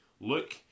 look